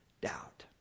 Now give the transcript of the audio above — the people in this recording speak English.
Doubt